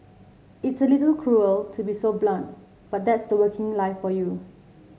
it's a little cruel to be so blunt but that's the working life for you